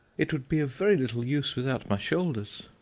it would be of very little use without my shoulders.